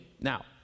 Now